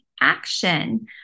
action